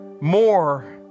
more